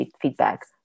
feedback